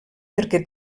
perquè